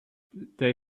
they